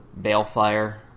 Balefire